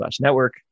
network